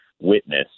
witness